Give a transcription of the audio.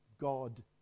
God